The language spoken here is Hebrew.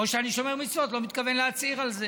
או אני שומר מצוות אבל לא מתכוון להצהיר על זה